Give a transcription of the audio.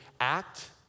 act